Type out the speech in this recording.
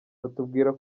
batubwira